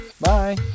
Bye